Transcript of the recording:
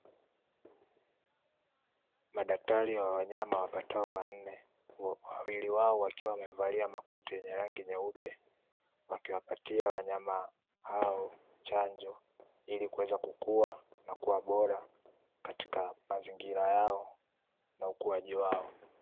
Madaktari wa wanyama wapatao wanne, wawili wao wakiwa wamevalia makoti yenye rangi nyeupe wakiwapatia wanyama hao chanjo ili kuweza kukua na kuwa bora katika mazingira yao na ukuaji wao.